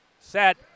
set